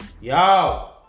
Yo